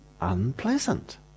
unpleasant